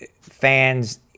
fans